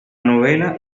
novela